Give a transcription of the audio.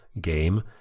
game